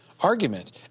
argument